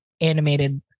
animated